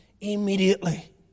immediately